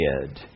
dead